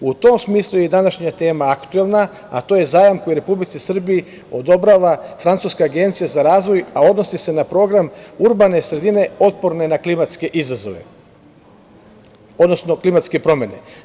U tom smislu je i današnja tema aktuelna, a to je zajam koji Republici Srbiji odobrava Francuska agencija za razvoj, a odnosi se na program urbane sredine otporne na klimatske izazove, odnosno klimatske promene.